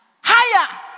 Higher